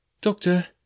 Doctor